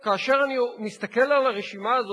כאשר אני מסתכל על הרשימה הזאת,